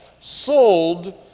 sold